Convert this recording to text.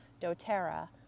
doTERRA